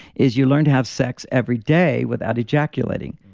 is you learn to have sex every day without ejaculating.